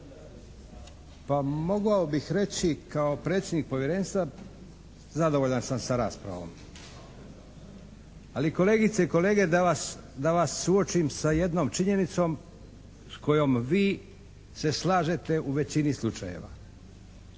Pa mogao bih reći kao predsjednik Povjerenstva, zadovoljan sam s raspravom. Ali kolegice i kolege, da vas suočim sa jednom činjenicom s kojom vi se slažete u većini slučajeva.